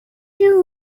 you